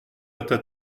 hâta